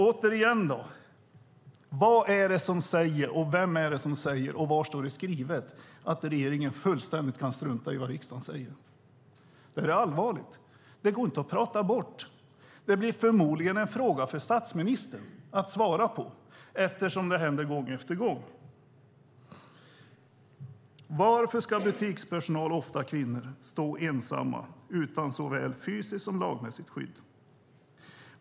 Återigen: Vad är det som säger, vem är det som säger och var står det skrivet att regeringen fullständigt kan strunta i vad riksdagen säger? Det är allvarligt. Det går inte att prata bort. Det blir förmodligen en fråga för statsministern att svara på, eftersom det händer gång efter gång. Varför ska butikspersonal, ofta kvinnor, stå ensamma utan såväl fysiskt som lagrättsligt skydd?